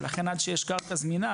ולכן עד שיש קרקע זמינה